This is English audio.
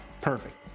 Perfect